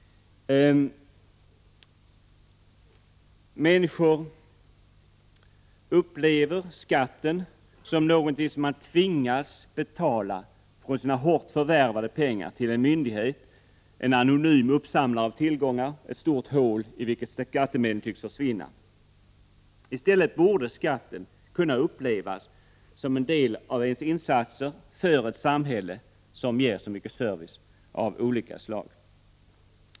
Människor upplever skatten som någonting sun man tvingas betala av sina hårt förvärvade pengar till en myndighet, en anonym uppsamlare av tillgångar, ett stort hål i vilket skattemedlen tycks försvinna. I stället borde skatten kunna upplevas som en del av ens insatser för ett samhälle som ger så mycket service av olika slag.